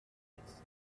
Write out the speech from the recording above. its